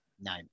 No